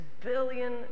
billion